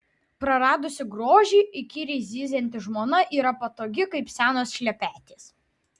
praradusi grožį įkyriai zyzianti žmona yra patogi kaip senos šlepetės